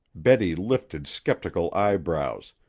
betty lifted skeptical eyebrows,